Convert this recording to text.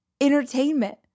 entertainment